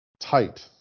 tight